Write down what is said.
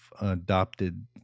adopted